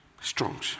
Strong